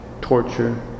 torture